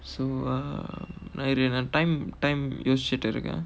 so um நா இரு நா:naa iru naa time time யோசிச்சிட்டு இருக்கேன்:yosichittu irukkaen